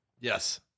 Yes